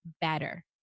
better